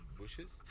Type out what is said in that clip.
bushes